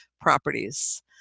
properties